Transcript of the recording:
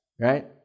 right